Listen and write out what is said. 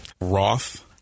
Roth